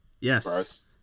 Yes